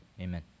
Amen